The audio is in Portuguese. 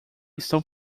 estão